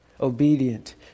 obedient